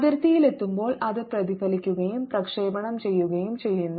അതിർത്തിയിലെത്തുമ്പോൾ അത് പ്രതിഫലിക്കുകയും പ്രക്ഷേപണം ചെയ്യുകയും ചെയ്യുന്നു